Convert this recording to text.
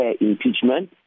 impeachment